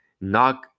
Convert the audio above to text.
knock